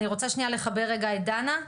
אני רוצה שנייה לחבר רגע את דנה,